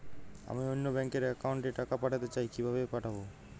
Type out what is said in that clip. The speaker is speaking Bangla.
আমি অন্য ব্যাংক র অ্যাকাউন্ট এ টাকা পাঠাতে চাই কিভাবে পাঠাবো?